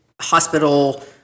hospital